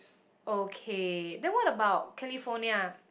okay then what about California